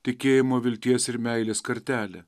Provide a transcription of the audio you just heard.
tikėjimo vilties ir meilės kartelę